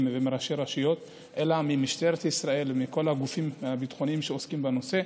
ומראשי רשויות אלא ממשטרת ישראל ומכל הגופים הביטחוניים שעוסקים בנושא.